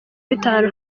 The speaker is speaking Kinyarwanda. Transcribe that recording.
bitanu